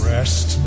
Rest